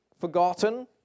forgotten